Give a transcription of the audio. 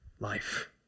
Life